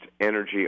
energy